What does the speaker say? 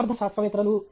సమర్థ శాస్త్రవేత్తలు